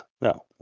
no